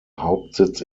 hauptsitz